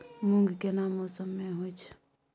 मूंग केना मौसम में होय छै?